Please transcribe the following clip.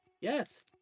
Yes